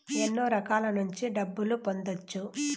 ఎన్నో రకాల నుండి డబ్బులు పొందొచ్చు